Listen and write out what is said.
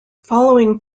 following